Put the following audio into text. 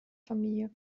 familie